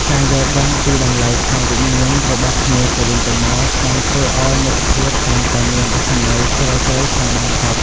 ការយល់ដឹងពីតម្លៃខាងវិញ្ញាណរបស់គ្នាទៅវិញទៅមកបានធ្វើឱ្យមិត្តភាពកាន់តែមានអត្ថន័យជ្រាលជ្រៅខ្លាំងបំផុត។